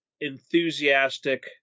enthusiastic